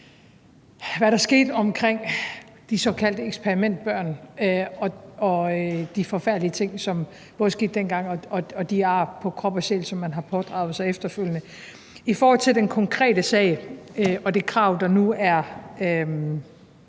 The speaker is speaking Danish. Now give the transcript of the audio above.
var, der skete omkring de såkaldte eksperimentbørn, altså de forfærdelige ting, som skete dengang, og de ar på krop og sjæl, som børnene har pådraget sig efterfølgende. I forhold til den konkrete sag og det krav, der nu er